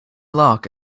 lock